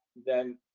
then